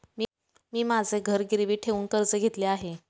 मी माझे घर गिरवी ठेवून कर्ज घेतले आहे